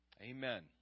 Amen